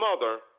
mother